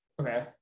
Okay